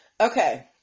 okay